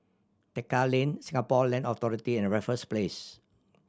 Tekka Lane Singapore Land Authority and Raffles Place